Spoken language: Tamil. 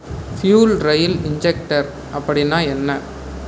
ஃப்யூல் ரயில் இன்ஜெக்டர் அப்படின்னா என்ன